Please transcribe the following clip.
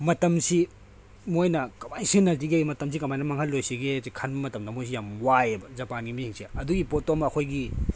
ꯃꯇꯝꯁꯤ ꯃꯣꯏꯅ ꯀꯃꯥꯏꯅ ꯁꯤꯖꯤꯟꯅꯁꯤꯒꯦ ꯃꯇꯝꯁꯦ ꯀꯃꯥꯏꯅ ꯃꯥꯡꯍꯜꯂꯣꯏꯁꯤꯒꯦꯁꯦ ꯈꯟꯕ ꯃꯇꯝꯗ ꯃꯣꯏꯁꯦ ꯌꯥꯝ ꯋꯥꯏꯑꯦꯕ ꯖꯄꯥꯟꯒꯤ ꯃꯤꯁꯤꯡꯁꯤ ꯑꯗꯨꯒꯤ ꯄꯣꯠꯇꯨꯃ ꯑꯩꯈꯣꯏꯒꯤ